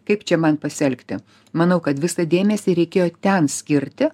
kaip čia man pasielgti manau kad visą dėmesį reikėjo ten skirti